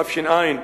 תש"ע,